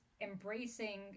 embracing